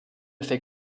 fait